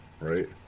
right